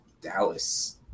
Dallas